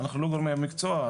אנחנו לא גורמי מקצוע,